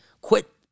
quit